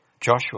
Joshua